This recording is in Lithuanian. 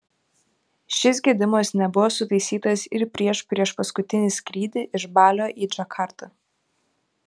šis gedimas nebuvo sutaisytas ir prieš priešpaskutinį skrydį iš balio į džakartą